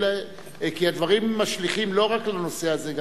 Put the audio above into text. כי הדברים משליכים לא רק על הנושא הזה,